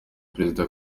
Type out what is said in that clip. perezida